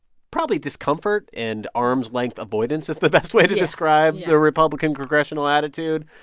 probably discomfort and arms-length avoidance is the best way to describe the republican congressional attitude.